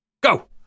Go